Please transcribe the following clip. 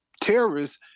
terrorists